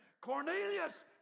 Cornelius